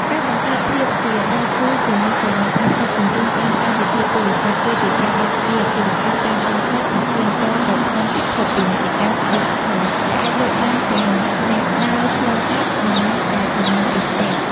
ការបង្កើតភាពជាដៃគូជាមួយសេវាកម្មដឹកជញ្ជូនតាមកម្មវិធីទូរស័ព្ទ គឺជាការបើកទ្វារអាជីវកម្មតាមដងផ្លូវឱ្យឈានចូលទៅក្នុងពិភពពាណិជ្ជកម្មឌីជីថល ដែលអាចលក់បានទាំងអ្នកដើរឆ្លងកាត់ និងអ្នកដែលកម្មង់ពីផ្ទះ។